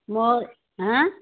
মোৰ হাঁ